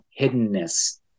hiddenness